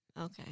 Okay